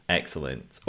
excellent